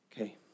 Okay